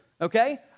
Okay